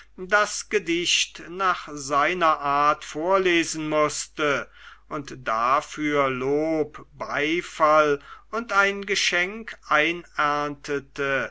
das gedicht nach seiner art vorlesen mußte und dafür lob beifall und ein geschenk